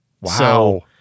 Wow